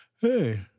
hey